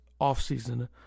offseason